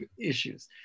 issues